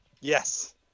Yes